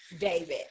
David